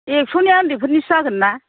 एकस'निया उन्दैफोरनिसो जागोन ना